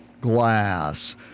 glass